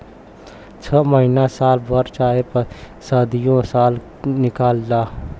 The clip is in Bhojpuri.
छ महीना साल भर वाहे सदीयो साल निकाल ला